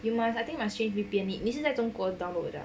you must I think must change V_P_N 你是在中国 download 的啊